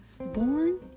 Born